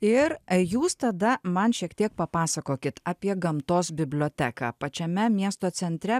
ir jūs tada man šiek tiek papasakokit apie gamtos biblioteką pačiame miesto centre